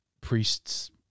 priests